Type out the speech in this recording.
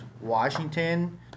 Washington